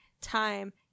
Time